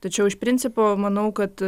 tačiau iš principo manau kad